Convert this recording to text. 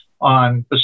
On